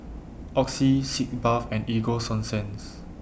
Oxy Sitz Bath and Ego Sunsense